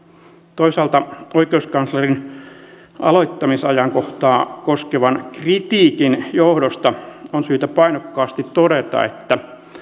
toisaalta oikeuskanslerin aloittamisajankohtaa koskevan kritiikin johdosta on syytä painokkaasti todeta että